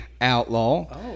outlaw